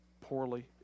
poorly